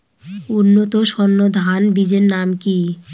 উন্নত সর্ন ধান বীজের নাম কি?